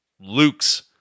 Luke's